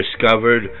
discovered